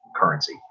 currency